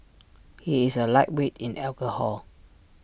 he is A lightweight in alcohol